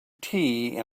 tea